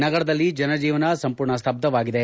ನಗರದಲ್ಲಿ ಜನಜೀವನ ಸಂಪೂರ್ಣ ಸ್ವಬ್ದವಾಗಿದೆ